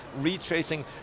retracing